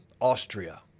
Austria